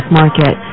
market